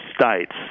states